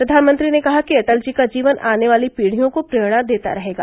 प्रधानमंत्री ने कहा कि अटल जी का जीवन आने वाली पीढियों को प्रेरणा देता रहेगा